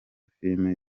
filimi